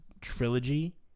trilogy